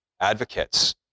advocates